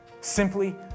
Simply